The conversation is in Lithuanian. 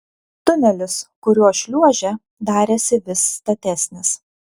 tunelis kuriuo šliuožė darėsi vis statesnis